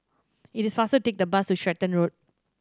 it is faster to take the bus to Stratton Road